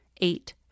Eight